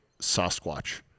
Sasquatch